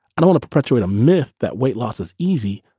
i only perpetuate a myth that weight loss is easy.